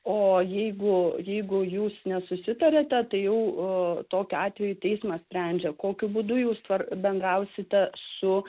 o jeigu jeigu jūs nesusitariate tai jau tokiu atveju teismas sprendžia kokiu būdu jūs per bendrausite su